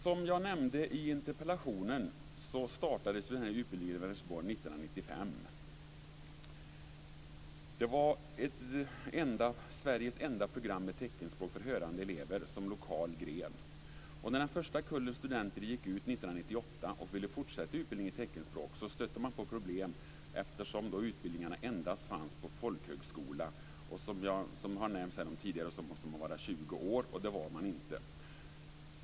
Som jag nämnde i interpellationen startades den här utbildningen i Vänersborg 1995. Det var Sveriges enda program med teckenspråk som lokal gren för hörande elever. När den första kullen studenter gick ut 1998 och ville fortsätta utbildningen i teckenspråk stötte de på problem, eftersom utbildningarna endast fanns på folkhögskola. Som tidigare har nämnts måste de vara 20 år, och det var de inte.